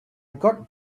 got